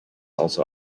also